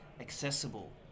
accessible